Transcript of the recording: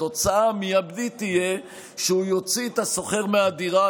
התוצאה המיידית תהיה שהוא יוציא את השוכר מהדירה,